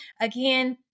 Again